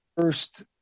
first